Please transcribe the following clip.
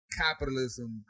capitalism